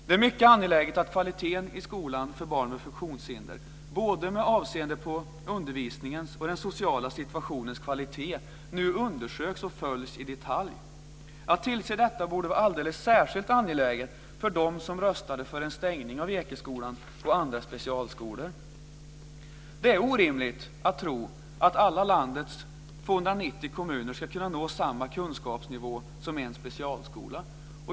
Det är mycket angeläget att kvaliteten i skolan för barn med funktionshinder - både med avseende på undervisningens och den sociala situationens kvalitet - nu undersöks och följs i detalj. Att tillse detta vore alldeles särskilt angeläget för dem som röstade för en stängning av Ekeskolan och andra specialskolor. Det är orimligt att tro att man i alla landets 290 kommuner ska kunna nå samma kunskapsnivå som finns på en specialskola.